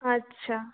আচ্ছা